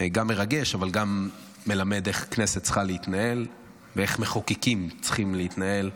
גם מרגש אבל מלמד איך הכנסת צריכה להתנהל ואיך מחוקקים צריכים להתנהל,